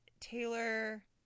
Taylor